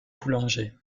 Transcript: boulanger